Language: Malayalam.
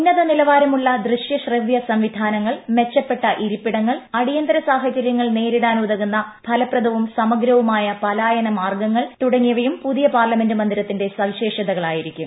ഉന്നത നിലവാരമുള്ള്ദൃശ്യ ശ്രവ്യ സംവിധാനങ്ങൾ മെച്ചപ്പെട്ട ഇരിപ്പിടങ്ങൾ അടിയന്തര സാഹചര്യങ്ങൾ നേരിടാനുതകുന്ന ഫലപ്രദവും സമഗ്രവുമായ പലായന മാർഗ്ഗങ്ങൾ തുടങ്ങിയവയും പുതിയ പാർലമെന്റ് മന്ദിരത്തിന്റെ സവിശേഷതകൾ ആയിരിക്കും